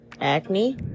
acne